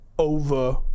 Over